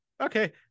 okay